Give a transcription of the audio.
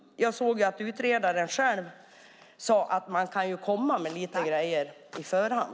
Jag såg att utredaren har sagt att det går att lägga fram en del förslag på förhand.